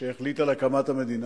כשהחליט על הקמת המדינה,